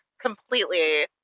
completely